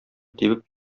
тибеп